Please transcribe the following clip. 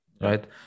right